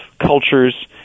cultures